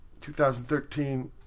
2013